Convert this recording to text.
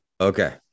Okay